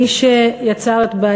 מי שיצר את,